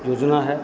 योजना है